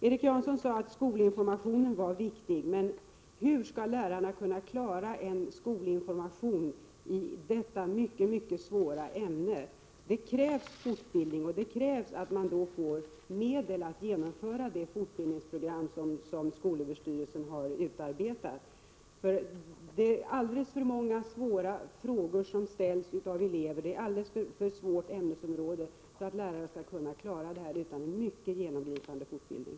Erik Janson sade att skolinformationen är viktig, men hur skall lärarna kunna klara av en skolinformation i detta mycket svåra ämne? Det krävs fortbildning, och då krävs det att man får medel att genomföra det fortbildningsprogram som skolöverstyrelsen har utarbetat. Det är ett alldeles för svårt ämnesområde för att lärarna skall kunna klara det utan en mycket genomgripande fortbildning.